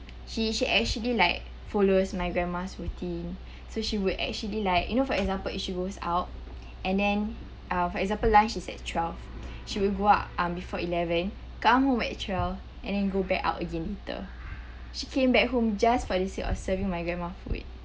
she she actually like follows my grandma's routine so she would actually like you know for example if she goes out and then uh for example lunch is at twelve she will go uh before eleven come home by twelve and then go back out again later she came back home just for the sake of serving my grandma food